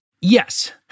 Yes